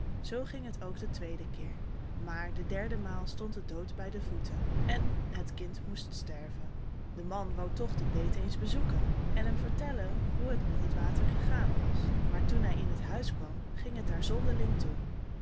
zoo ging het ook den tweeden keer maar de derdemaal stond de dood bij de voeten en het kind moest sterven de man wou toch den peet eens bezoeken en hem vertellen hoe het met het water gegaan was maar toen hij in het huis kwam ging het daar zonderling toe